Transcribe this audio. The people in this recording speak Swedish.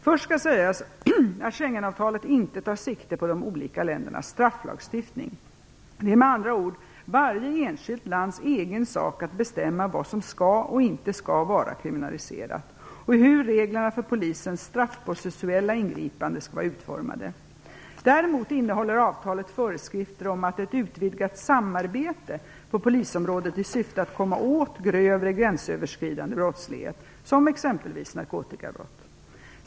Först skall sägas att Schengenavtalet inte tar sikte på de olika ländernas strafflagstiftning. Det är med andra ord varje enskilt lands egen sak att bestämma vad som skall och inte skall vara kriminaliserat och hur reglerna för polisens straffprocessuella ingripanden skall vara utformade. Däremot innehåller avtalet föreskrifter om ett utvidgat samarbete på polisområdet i syfte att komma åt grövre, gränsöverskridande brottslighet, som exempelvis narkotikabrott.